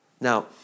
Now